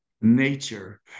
nature